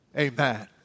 Amen